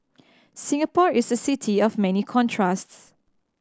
Singapore is a city of many contrasts